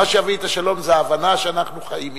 מה שיביא את השלום זה ההבנה שאנחנו חיים יחד.